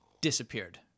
disappeared